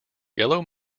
yellow